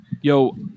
Yo